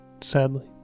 Sadly